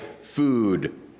food